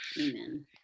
amen